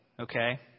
okay